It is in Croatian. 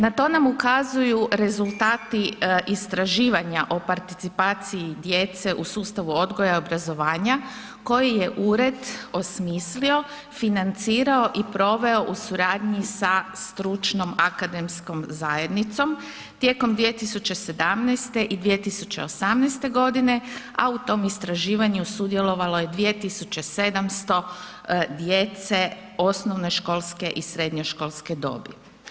Na to nam ukazuju rezultati istraživanja o participaciji djece u sustavu odgoja i obrazovanja koji je ured osmislio, financirao i proveo u suradnji sa stručnom akademskom zajednicom tijekom 2017. i 2018. godine a u tom istraživanju sudjelovalo je 2700 djece osnovno školske i srednjoškolske dobi.